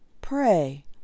Pray